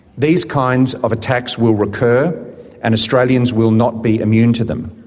these kinds of attacks will recur and australians will not be immune to them.